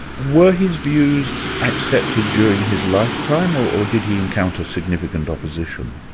were his views accepted during his lifetime, or did he encounter significant opposition?